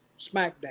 SmackDown